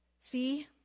See